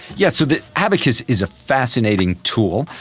yes, so the abacus is a fascinating tool.